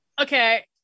Okay